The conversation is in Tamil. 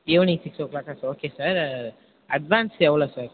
ஈவினிங் சிக்ஸ் ஓ கிளாக்கா ஓகே சார் ஆ அட்வான்ஸ் எவ்வளோ சார்